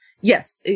yes